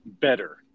better